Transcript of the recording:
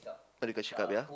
uh they got checkup ya